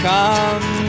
Come